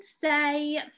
say